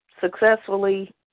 successfully